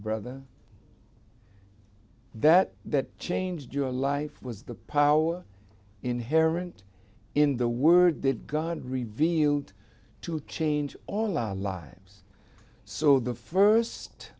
brother that that changed your life was the power inherent in the word that god revealed to change all our lives so the first